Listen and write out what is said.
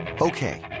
Okay